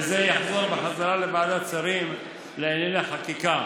וזה יחזור בחזרה לוועדת שרים לענייני חקיקה.